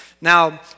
now